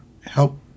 help